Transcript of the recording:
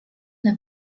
der